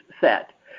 set